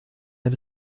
ein